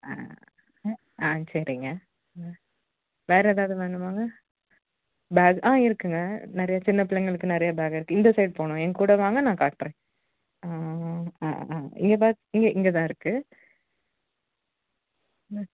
ஆ ஆ சரிங்க ம் வேறு ஏதாவது வேணுமாங்க பேக் ஆ இருக்குதுங்க நிறைய சின்ன பிள்ளைங்களுக்கு நிறைய பேக் இருக்குது இந்த சைடு போகணும் என்கூட வாங்க நான் காட்டுறேன் ஆ ஆ இங் இங்கே தான் இருக்குது ம்